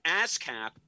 ASCAP